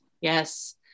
Yes